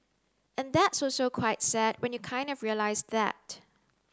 and that's also quite sad when you kind of realise that